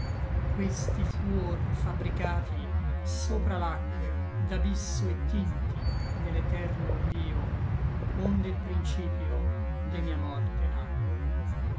questi fuor fabbricati sopra l'acque d'abisso et tinti ne l'eterno oblio onde l principio de mia morte nacque